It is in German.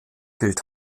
gilt